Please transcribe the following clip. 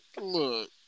Look